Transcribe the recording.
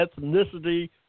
ethnicity